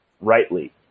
rightly